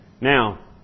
Now